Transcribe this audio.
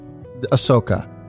Ahsoka